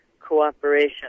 Cooperation